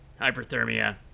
Hyperthermia